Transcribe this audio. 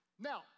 Now